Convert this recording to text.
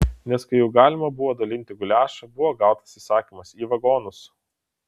nes kai jau galima buvo dalinti guliašą buvo gautas įsakymas į vagonus